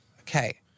Okay